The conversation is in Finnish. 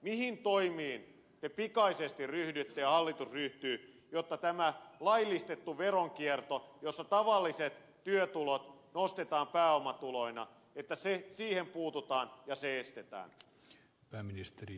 mihin toimiin te pikaisesti ryhdytte ja hallitus ryhtyy jotta tähän laillistettuun veronkiertoon jossa tavalliset työtulot nostetaan pääomatuloina puututaan ja se estetään